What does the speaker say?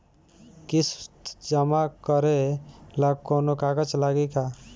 किस्त जमा करे ला कौनो कागज लागी का?